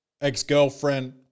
ex-girlfriend